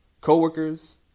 co-workers